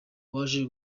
waje